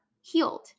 healed